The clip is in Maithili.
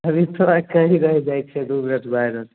अभी थोड़ा कही दू मिनटमे आइ रहलियै